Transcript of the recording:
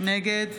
נגד